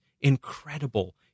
incredible